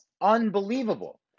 unbelievable